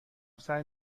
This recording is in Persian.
سعی